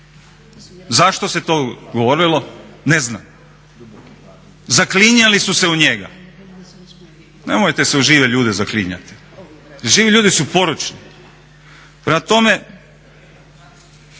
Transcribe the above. Zašto se to govorilo ne znam. Zaklinjali su se u njega. Nemojte se u žive ljude zaklinjat, živi ljudi su poročni. Prema tome,